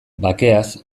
bakeaz